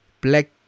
black